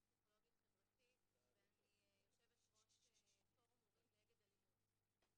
אני פסיכולוגית חברתית ואני יושבת ראש פורום הורים נגד אלימות.